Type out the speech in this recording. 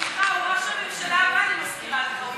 הוא ראש הממשלה הבא, אני מזכירה לך.